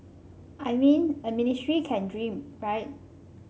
I mean a ministry can dream right